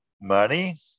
money